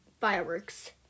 fireworks